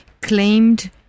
claimed